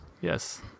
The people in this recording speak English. Yes